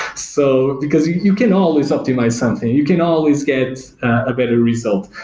so because you can always optimize something. you can always get a better result.